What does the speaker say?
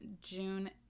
June